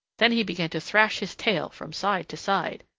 then he began to thrash his tail from side to side.